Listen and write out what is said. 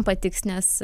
patiks nes